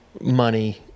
money